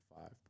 five